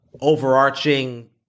overarching